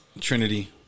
Trinity